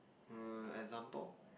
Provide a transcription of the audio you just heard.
uh example